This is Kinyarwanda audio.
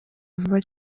vuba